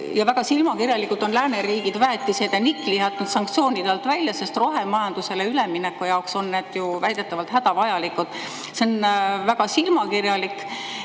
Ja väga silmakirjalikult on lääneriigid väetised ja nikli jätnud sanktsioonide alt välja, sest rohemajandusele ülemineku jaoks on need väidetavalt hädavajalikud. See on väga silmakirjalik,